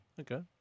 Okay